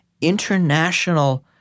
international –